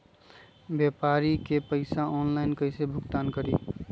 व्यापारी के पैसा ऑनलाइन कईसे भुगतान करी?